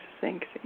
Thanks